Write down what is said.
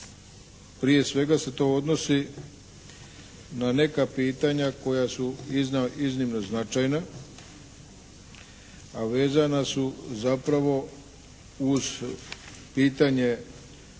prije svega se to odnosi na neka pitanja koja su iznimno značajna a vezana su zapravo uz pitanje